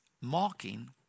mocking